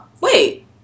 Wait